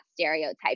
stereotype